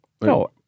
No